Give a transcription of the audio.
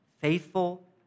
faithful